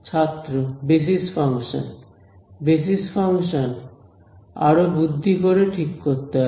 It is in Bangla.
ছাত্র বেসিস ফাংশন বেসিস ফাংশন আরো বুদ্ধি করে ঠিক করতে হবে